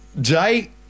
Jay